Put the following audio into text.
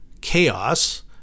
chaos